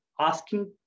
asking